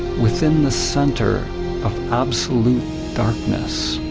within the center of absolute darkness.